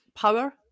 power